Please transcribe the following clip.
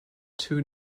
two